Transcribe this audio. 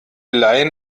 leihen